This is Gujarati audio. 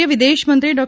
કેન્દ્રીય વિદેશ મંત્રી ડૉ